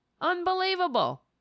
Unbelievable